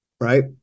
right